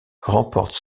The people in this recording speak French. remporte